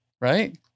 Right